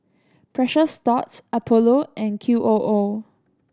Precious Thots Apollo and Q O O